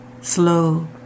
slow